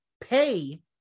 pay